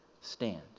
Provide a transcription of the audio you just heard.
stand